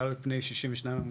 בתי